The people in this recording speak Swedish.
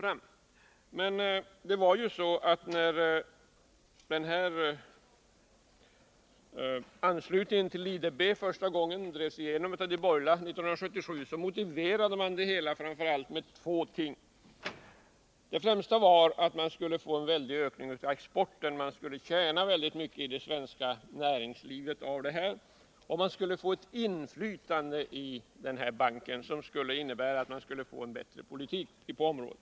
År 1977, när frågan om anslutningen till IDB första gången drevs igenom av de borgerliga, hade man framför allt två motiveringar. Först och främst skulle vi få till stånd en väldig ökning av exporten. Svenskt näringsliv skulle tjäna mycket på detta. Vi skulle få inflytande i banken, vilket skulle innebära möjligheter till en bättre politik på området.